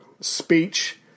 speech